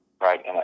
right